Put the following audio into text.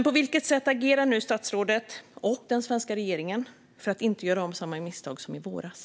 På vilket sätt agerar nu statsrådet och den svenska regeringen för att inte göra samma misstag som i våras?